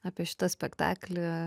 apie šitą spektaklį